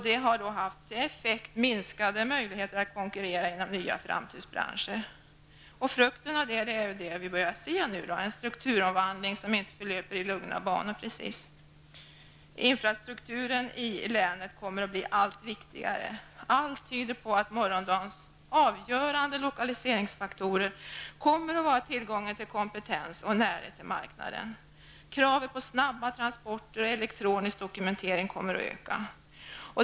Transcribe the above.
Detta har medfört minskade möjligheter att konkurrera inom nya framtidsbranscher. Frukten av detta är vad vi nu börjar se -- en strukturomvandling som inte precis förlöper i lugna banor. Infrastrukturen i länet kommer att bli allt viktigare. Allt tyder på att morgondagens avgörande lokaliseringsfaktorer kommer att vara tillgång till kompetens och närhet till marknader. Kraven på snabba transporter och elektronisk dokumentering kommer att öka.